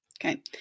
Okay